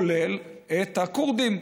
זה כולל את הכורדים.